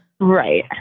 Right